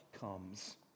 comes